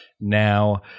Now